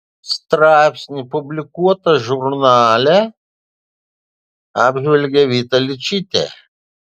straipsnį publikuotą žurnale apžvelgė vita ličytė